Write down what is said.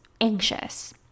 anxious